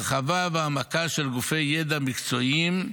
הרחבה והעמקה של גופי ידע מקצועיים,